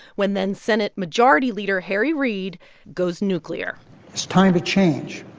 when then-senate majority leader harry reid goes nuclear it's time to change.